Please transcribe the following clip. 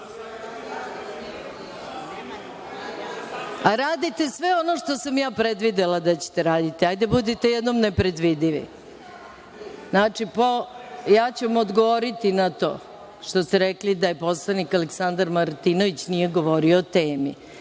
sve ono što sam ja predvidela da ćete raditi. Hajde, budite jednom nepredvidivi. Znači, ja ću vam odgovoriti na to što ste rekli da poslanik Aleksandar Martinović nije govorio o temi.